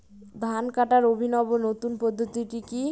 ধান কাটার অভিনব নতুন পদ্ধতিটি কি?